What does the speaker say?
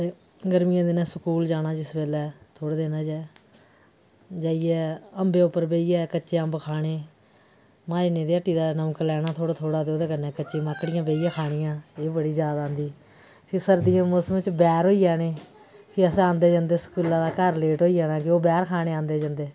ते गर्मियें दिनें स्कूल जाना जिसलै थोह्ड़े दिनें गै जाइयै अम्बै उप्पर बेहियै कच्चे अम्ब खाने माह्जने दी हट्टी दा नमक लैना थोह्ड़ा थोह्ड़ा ते ओह्दे कन्नै कच्ची माकड़ियां बेहियै खानियां ते एह् बड़ी याद औंदी फ्ही सर्दी दे मौसम च बैर होई जाने फ्ही असें औंदे जंदे स्कूला दा घर लेट होई जाना कि ओह् बैर खाने औंदे जंदे